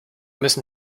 müssen